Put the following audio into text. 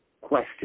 question